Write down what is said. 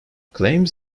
claims